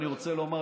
אני רוצה לומר,